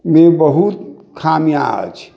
मे बहुत खामिआँ अछि